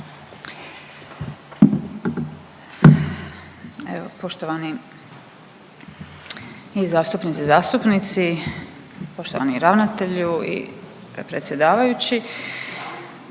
Evo poštovani i zastupnice i zastupnici, poštovani ravnatelju i predsjedavajući.